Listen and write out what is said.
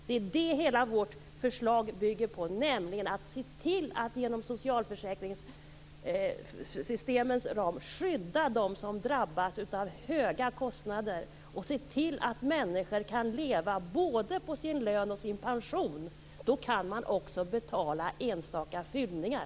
Det är det hela vårt förslag bygger på, nämligen att se till att inom socialförsäkringssystemens ram skydda dem som drabbas av höga kostnader och se till att människor kan leva både på sin lön och på sin pension. Då kan man också betala enstaka fyllningar.